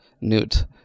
Newt